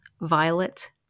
violet